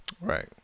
Right